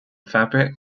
fabric